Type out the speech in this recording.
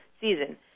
season